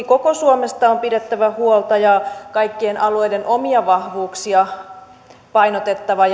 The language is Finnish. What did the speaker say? koko suomesta on pidettävä huolta ja kaikkien alueiden omia vahvuuksia painotettava